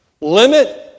limit